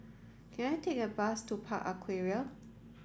can I take a bus to Park Aquaria